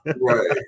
right